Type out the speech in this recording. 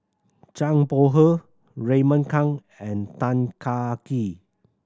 Zhang Bohe Raymond Kang and Tan Kah Kee